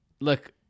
Look